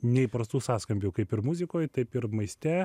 neįprastų sąskambių kaip ir muzikoj taip ir maiste